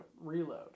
reload